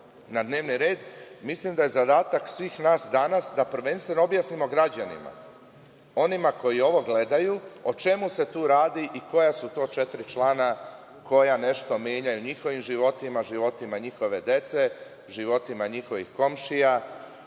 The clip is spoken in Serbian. na dnevni red, mislim da je zadatak svih nas danas da prvenstveno objasnimo građanima, onima koji ovo gledaju, o čemu se tu radi i koja su to četiri člana koja nešto menjaju u njihovim životima, u životima njihove dece, životima njihovih komšija,